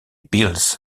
bills